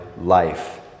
life